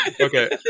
Okay